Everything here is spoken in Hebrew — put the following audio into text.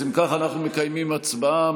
אם כך, אנחנו מקיימים הצבעה.